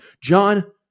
John